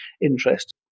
interest